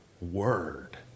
Word